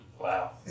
Wow